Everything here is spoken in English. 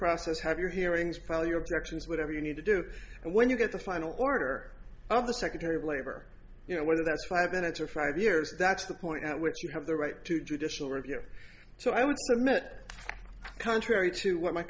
process have your hearings pile your objections whatever you need to do and when you get the final order of the secretary of labor you know whether that's five minutes or five years that's the point at which you have the right to judicial review so i would submit contrary to what my